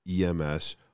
EMS